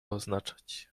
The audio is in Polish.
oznaczać